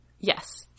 Yes